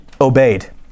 obeyed